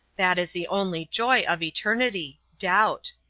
that is the only joy of eternity doubt.